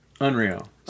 unreal